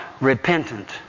repentant